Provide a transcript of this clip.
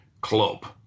club